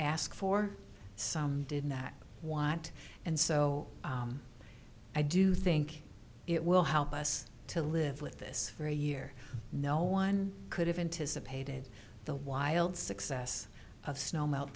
ask for some did not want and so i do think it will help us to live with this for a year no one could have anticipated the wild success of snow melt